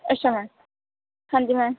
ਅੱਛਾ ਮੈਮ ਹਾਂਜੀ ਮੈਮ